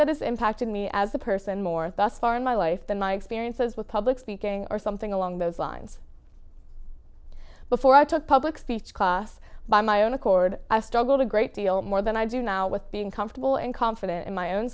that this impacted me as a person more thoughts far in my life than my experiences with public speaking or something along those lines before i took public speech class by my own accord i struggled a great deal more than i do now with being comfortable and confident in my own